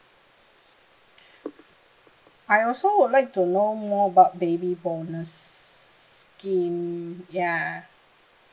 I also would like to know more about baby bonus scheme ya